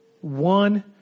One